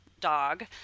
dog